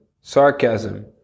Sarcasm